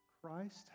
Christ